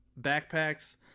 backpacks